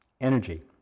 energy